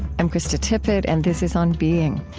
i'm krista tippett and this is on being.